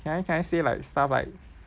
can I can I say like stuff like